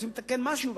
רוצים לתקן משהו,